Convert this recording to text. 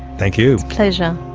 thank you. pleasure.